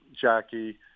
Jackie